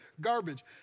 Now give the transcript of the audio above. garbage